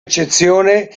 eccezione